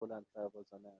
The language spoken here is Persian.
بلندپروازانه